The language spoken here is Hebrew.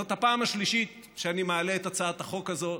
זאת הפעם השלישית שאני מעלה את הצעת החוק הזאת.